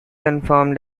confirmed